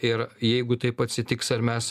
ir jeigu taip atsitiks ar mes